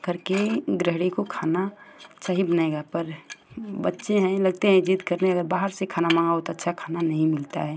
घर की गृहिणी को खाना सही बनेगा पर बच्चे हैं लगते हैं ज़िद करने अगर बाहर से खाना मँगाओ तो अच्छा खाना नहीं मिलता है